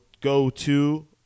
go-to